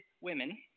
women